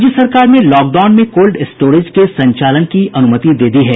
राज्य सरकार ने लॉकडाउन में कोल्ड स्टोरेज के संचालन की अनुमति दे दी है